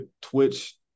twitch –